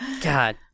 god